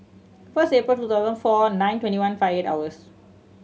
first April two thousand four nine twenty one five eight hours